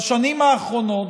בשנים האחרונות,